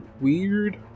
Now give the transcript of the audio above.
weird